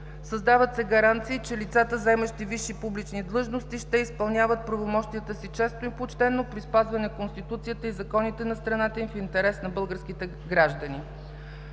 създават се гаранции, че лицата, заемащи висши публични длъжности, ще изпълняват правомощията си честно и почтено при спазване на Конституцията и законите на страната им в интерес на българските граждани.